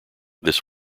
this